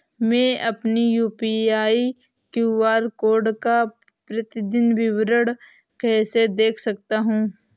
मैं अपनी UPI QR code का प्रतीदीन विवरण कैसे देख सकता हूँ?